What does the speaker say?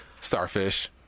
Starfish